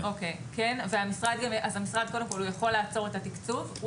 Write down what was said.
המשרד יכול לעצור את התקצוב.